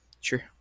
sure